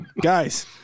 Guys